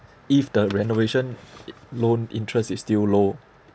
if the renovation loan interest is still low